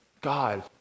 God